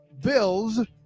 Bills